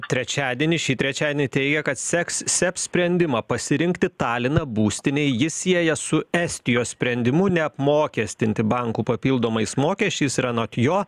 trečiadienį šį trečiadienį teigė kad seks seb sprendimą pasirinkti taliną būstinei jis sieja su estijos sprendimu neapmokestinti bankų papildomais mokesčiais ir anot jo